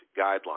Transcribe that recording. guidelines